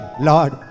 Lord